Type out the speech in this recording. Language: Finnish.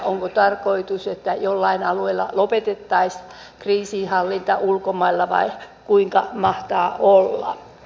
onko tarkoitus että jollain alueilla lopetettaisiin kriisinhallinta ulkomailla vai kuinka mahtaa olla